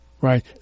Right